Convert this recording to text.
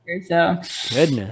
goodness